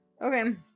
Okay